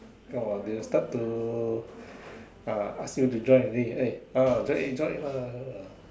!wah! they'll start to ah ask you to join already eh eh join join lah ah